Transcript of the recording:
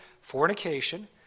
fornication